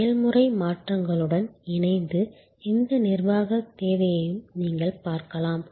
செயல்முறை மாற்றங்களுடன் இணைந்து இந்த நிர்வாக தேவையையும் நீங்கள் பார்க்கலாம்